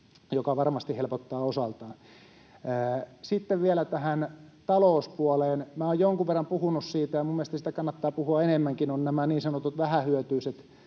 joka varmasti helpottaa osaltaan. Sitten vielä tähän talouspuoleen. Minä olen jonkun verran puhunut siitä, ja minun mielestäni siitä kannattaa puhua enemmänkin. On nämä niin sanotut vähähyötyiset